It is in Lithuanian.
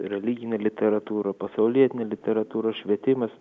religinė literatūra pasaulietinė literatūra švietimas